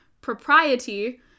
Propriety